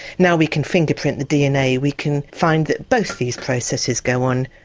now we can fingerprint the dna we can find that both these processes go on.